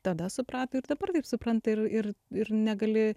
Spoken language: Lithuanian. tada suprato ir dabar taip supranta ir ir ir negali